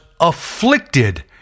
afflicted